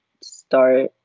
start